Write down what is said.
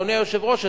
אדוני היושב-ראש,